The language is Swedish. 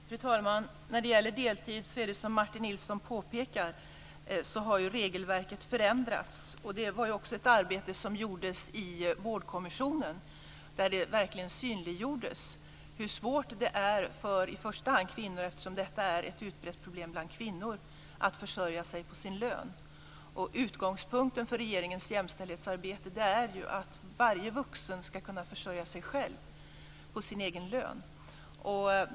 Fru talman! När det gäller deltid har ju, som Martin Nilsson påpekar, regelverket förändrats. Det var också ett arbete som utfördes i vårdkommissionen. Där synliggjordes det verkligen hur svårt det är, i första hand för kvinnor eftersom detta är ett utbrett problem bland just kvinnor, att försörja sig på sin lön. Utgångspunkten för regeringens jämställdhetsarbete är ju att varje vuxen ska kunna försörja sig själv på sin egen lön.